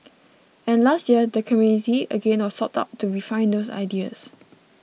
and last year the community again was sought out to refine those ideas